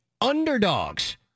underdogs